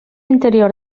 interior